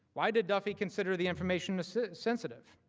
why did duffy consider the information sensitive?